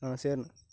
ஆ சரிண்ணே